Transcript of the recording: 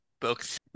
books